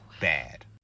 bad